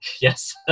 Yes